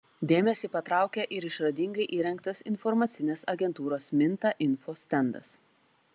dėmesį patraukia ir išradingai įrengtas informacinės agentūros minta info stendas